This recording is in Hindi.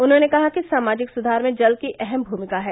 उन्होंने कहा कि सामाजिक सुधार में जल की अहम भूमिका है